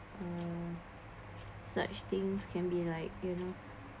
uh such things can be like you know